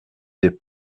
des